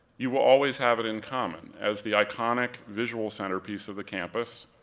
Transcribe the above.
you will always have it in common as the iconic, visual centerpiece of the campus,